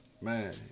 man